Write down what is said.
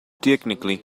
technically